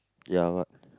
ya what